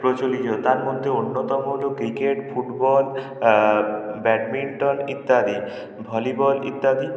প্রচলিত তার মধ্যে অন্যতম হল ক্রিকেট ফুটবল ব্যাডমিন্টন ইত্যাদি ভলিবল ইত্যাদি